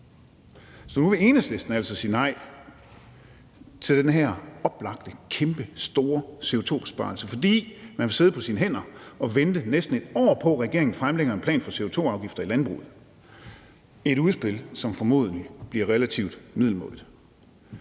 Så nu vil Enhedslisten altså sige nej til den her oplagte kæmpestore CO2-besparelse, fordi man vil sidde på sine hænder og vente næsten et år på, at regeringen fremlægger en plan for CO2-afgifter i landbruget; et udspil, som formodentlig bliver relativt middelmådigt.